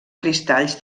cristalls